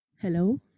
Hello